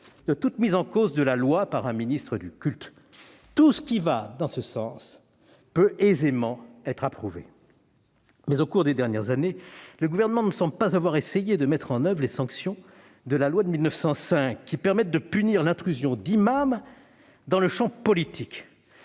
de toute mise en cause de la loi par un ministre du culte ... Tout ce qui va dans ce sens peut aisément être approuvé. Toutefois, au cours des dernières années, le Gouvernement ne semble pas avoir essayé de mettre en oeuvre les sanctions de la loi de 1905, qui permettent de punir l'intrusion d'imams dans le champ politique